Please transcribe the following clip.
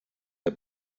der